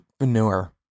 manure